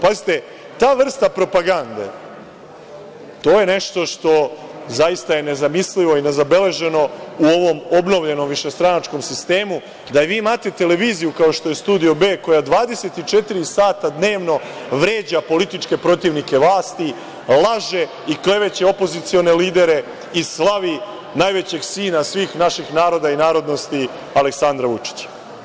Pazite, ta vrsta propagande, to je nešto što je zaista nezamislivo i nezabeleženo u ovom obnovljenom, višestranačkom sistemuj da vi imate televiziju kao što je Studio B, koja 24 sata dnevno vređa političke protivnike vlasti, laže i kleveće opozicione lidere i slavi najvećeg sina svih naših naroda i narodnosti Aleksandra Vučića.